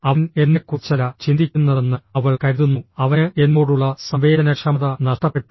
അവൻ എന്നെക്കുറിച്ചല്ല ചിന്തിക്കുന്നതെന്ന് അവൾ കരുതുന്നു അവന് എന്നോടുള്ള സംവേദനക്ഷമത നഷ്ടപ്പെട്ടു